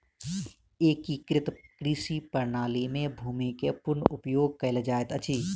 एकीकृत कृषि प्रणाली में भूमि के पूर्ण उपयोग कयल जाइत अछि